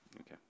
okay